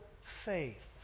faith